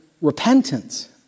repentance